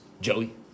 Joey